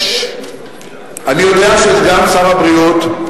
אני יודע שסגן שר הבריאות,